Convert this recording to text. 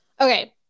Okay